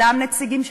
אותם נציגים,